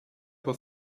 for